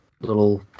little